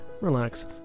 relax